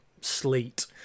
sleet